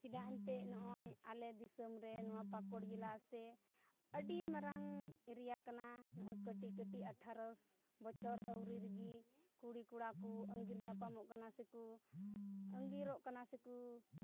ᱪᱮᱫᱟᱜ ᱮᱱᱛᱮᱫ ᱱᱚᱜᱼᱚᱭ ᱟᱞᱮ ᱫᱤᱥᱚᱢ ᱨᱮ ᱱᱚᱣᱟ ᱯᱟᱹᱠᱩᱲ ᱡᱮᱞᱟ ᱥᱮ ᱟᱹᱰᱤ ᱢᱟᱨᱟᱝ ᱮᱨᱤᱩᱭᱟ ᱠᱟᱱᱟ ᱠᱟᱹᱴᱤᱡ ᱠᱟᱹᱴᱤᱡ ᱟᱴᱷᱟᱨᱚ ᱵᱚᱪᱷᱚᱨ ᱟᱹᱣᱨᱤ ᱨᱮᱜᱮ ᱠᱩᱲᱤᱼᱠᱚᱲᱟ ᱠᱚ ᱟᱺᱜᱤᱨ ᱧᱟᱯᱟᱢᱚᱜ ᱠᱟᱱᱟ ᱥᱮᱠᱚ ᱟᱺᱤᱨᱚᱜ ᱠᱟᱱᱟ ᱥᱮᱠᱚ